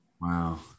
Wow